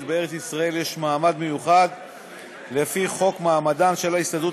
לארץ-ישראל יש מעמד מיוחד לפי חוק מעמדן של ההסתדרות